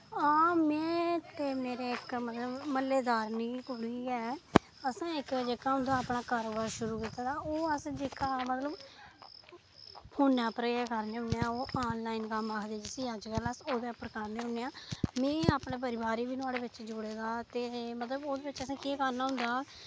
हां में ते मतलव इक मेरे म्हल्लेदार कुड़ी गै ऐ असैं इक अपनां कारोबार शुरु कीते दा जेह्का मतलव फोनै अप्पर करने होने आं आन लाईन कम्म आखदे जिसी अज्ज कल उसी अस ओह्दे पर करने होने आं में अपने परिवार गी बी ओह्दे बिच्च जो़ड़े ते मतलव ओह्दादै बिच्च असैं केह् करनां होदां